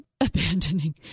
abandoning